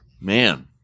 man